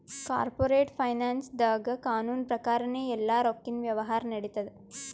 corporate ಫೈನಾನ್ಸ್ದಾಗ್ ಕಾನೂನ್ ಪ್ರಕಾರನೇ ಎಲ್ಲಾ ರೊಕ್ಕಿನ್ ವ್ಯವಹಾರ್ ನಡಿತ್ತವ